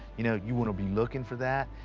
you know, you wanna be looking for that.